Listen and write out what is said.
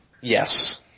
Yes